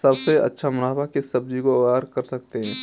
सबसे ज्यादा मुनाफा किस सब्जी को उगाकर कर सकते हैं?